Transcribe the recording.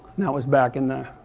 that was back in the